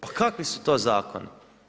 Pa kakvi su to zakoni?